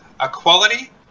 equality